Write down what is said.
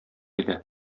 иде